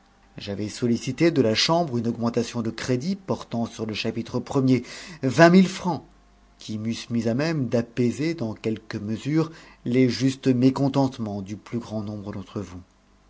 j'avais sollicité de la chambre une augmentation de crédit portant sur le chapitre ier vingt mille francs qui m'eussent mis à même d'apaiser dans quelque mesure les justes mécontentements du plus grand nombre d'entre vous